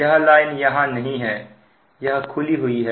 यह लाइन यहां नहीं है यह खुली हुई है